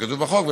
מה שכתוב בחוק,